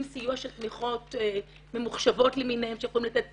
סיוע של תמיכות ממוחשבות למיניהן שיכולות לתת תמיכה.